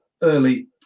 early